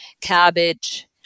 cabbage